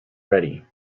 ready